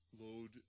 load